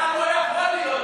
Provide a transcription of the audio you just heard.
לזה.